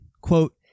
Quote